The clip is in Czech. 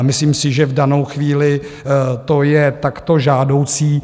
Myslím si, že v danou chvíli to je takto žádoucí.